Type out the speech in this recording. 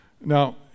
Now